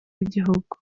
w’igihugu